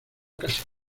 casar